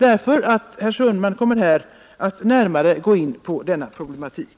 Herr Sundman kommer att närmare gå in på denna problematik.